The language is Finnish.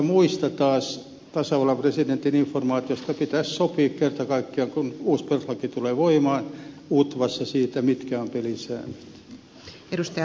kaikesta muusta tasavallan presidentin informaatiosta taas pitäisi sopia kerta kaikkiaan kun uusi perustuslaki tulee voimaan utvassa mitkä ovat pelisäännöt